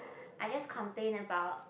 I just complain about